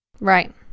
Right